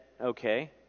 okay